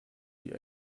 die